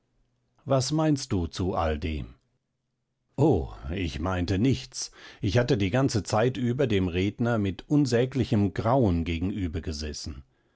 was meinst du zu all dem oh ich meinte nichts ich hatte die ganze zeit über dem redner mit unsäglichem grauen